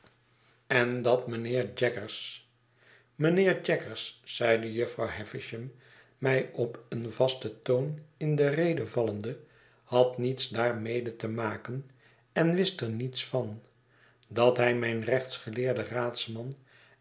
en dat mijnheer jaggers mijnheer jaggers zeide jufvrouw havisham mij op een vasten toon in de rede valik heb een oespeek met jufvrouw havisham lende had niets daarmede te maken en wist er niets van dat hij mijnrechtsgeleerderaadsman